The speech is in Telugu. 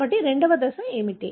కాబట్టి రెండవ దశ ఏమిటి